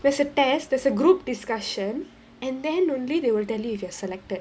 there's a test there's a group discussion and then only they will tell you if you're selected